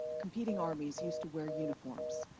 competing armies used to wear uniforms.